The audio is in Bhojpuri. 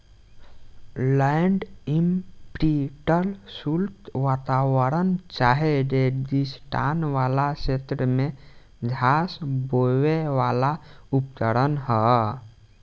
लैंड इम्प्रिंटेर शुष्क वातावरण चाहे रेगिस्तान वाला क्षेत्र में घास बोवेवाला उपकरण ह